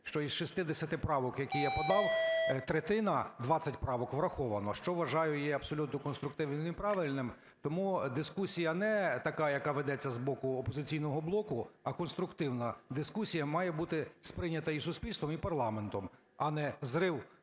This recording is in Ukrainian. що із 60 правок, які я подав, третина, 20 правок враховані, що вважаю, є абсолютно конструктивним і правильним. Тому дискусія не така, яка ведеться з боку "Опозиційного блоку", а конструктивна дискусія має бути сприйнята і суспільством, і парламентом, а не зрив